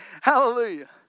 Hallelujah